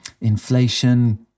inflation